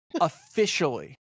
Officially